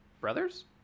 brothers